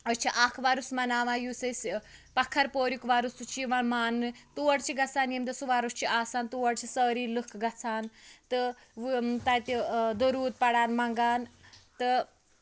أسۍ چھِ اکھ وۄرس مَناوان یُس أسۍ پَکھر پوریُک وۄرس سُہ چھُ یِوان ماننہٕ تور چھِ گَژھان یمہِ دۄہ سُہ وۄرس چھُ آسان تور چھِ سٲری لُکھ گَژھان تہٕ تَتہٕ درود پَران مَنٛگان تہٕ